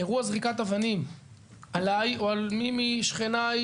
אירוע זריקת אבנים עליי או על מי משכניי,